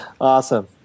Awesome